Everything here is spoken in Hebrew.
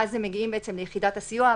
ואז הם מגיעים ליחידת הסיוע,